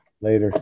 Later